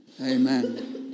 Amen